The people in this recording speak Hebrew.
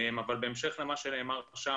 בהמשך למה שנאמר בדיון,